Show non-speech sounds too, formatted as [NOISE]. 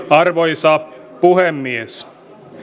[UNINTELLIGIBLE] arvoisa puhemies